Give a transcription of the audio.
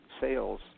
sales